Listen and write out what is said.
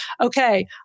okay